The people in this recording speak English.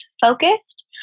focused